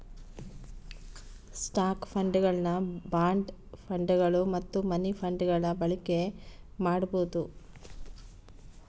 stock ಫಂಡ್ಗಳನ್ನು bond ಫಂಡ್ಗಳು ಮತ್ತು ಮನಿ ಫಂಡ್ಗಳ ಬಳಕೆ ಮಾಡಬೊದು